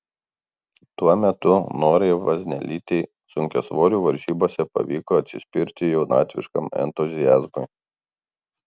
tuo metu norai vaznelytei sunkiasvorių varžybose pavyko atsispirti jaunatviškam entuziazmui